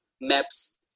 Maps